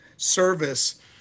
service